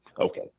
okay